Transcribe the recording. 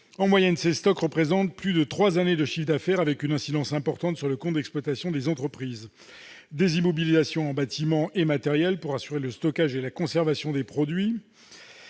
En moyenne, ces stocks, qui représentent plus de trois années de chiffre d'affaires, ont une incidence importante sur le compte d'exploitation des entreprises. Ils nécessitent des immobilisations en bâtiments et matériels pour assurer le stockage et la conservation de ces produits,